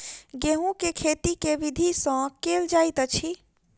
गेंहूँ केँ खेती केँ विधि सँ केल जाइत अछि?